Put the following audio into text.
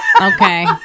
Okay